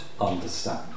understand